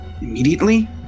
immediately